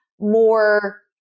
more